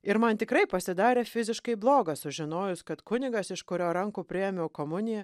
ir man tikrai pasidarė fiziškai bloga sužinojus kad kunigas iš kurio rankų priėmiau komuniją